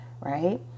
right